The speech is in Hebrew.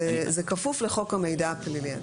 זה כפוף לחוק המידע הפלילי.